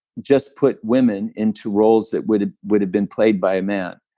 just put women into roles that would've would've been played by a man,